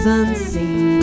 unseen